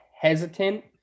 hesitant